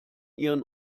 ihren